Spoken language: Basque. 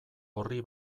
orri